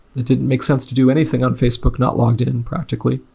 it didn't make sense to do anything on facebook not logged in practically.